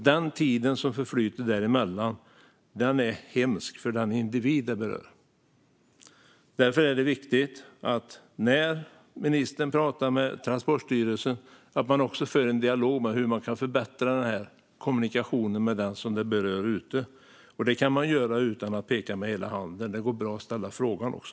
Den tid som förflyter däremellan är hemsk för den individ som det berör. Därför är det viktigt att ministern har en dialog med Transportstyrelsen om hur kommunikationen med den det berör kan förbättras. Det kan göras utan att man pekar med hela handen. Det går bra att ställa frågan också.